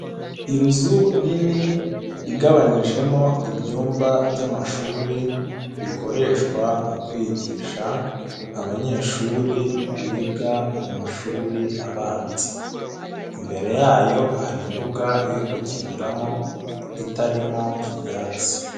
Inzu nini igabanyijemo ibyumba by'amashuri, bikoreshwa mu kwigisha abanyeshuri biga mu mashuri abanza, imbere yayo hari imbuga yo gukiniramo itarimo ibyatsi.